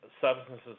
substances